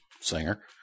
singer